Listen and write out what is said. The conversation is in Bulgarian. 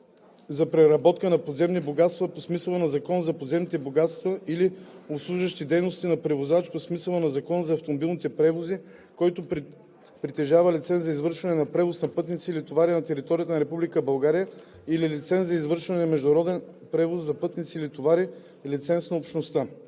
за преработка на подземни богатства по смисъла на Закона за подземните богатства или обслужващи дейността на превозвач по смисъла на Закона за автомобилните превози, който притежава лиценз за извършване на превоз на пътници или товари на територията на Република България, или лиценз за извършване на международен превоз на пътници или товари – лиценз на Общността“.